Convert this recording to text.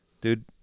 dude